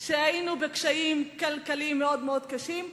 שהיינו בקשיים כלכליים מאוד-מאוד קשים,